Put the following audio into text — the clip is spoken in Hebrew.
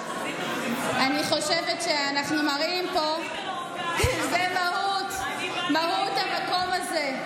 אני חושבת שאנחנו מראים פה, זאת מהות המקום הזה.